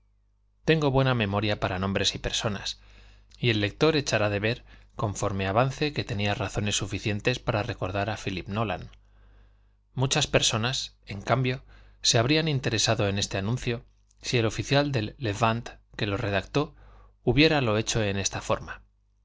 tengo buena memoria para nombres y personas y el lector echará de ver conforme avance que tenía razones suficientes para recordar a phílip nolan muchas personas en cambio se habrían interesado en este anuncio si el oficial del levant que lo redactó hubiéralo hecho en esta forma